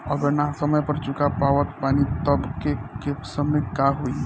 अगर ना समय पर चुका पावत बानी तब के केसमे का होई?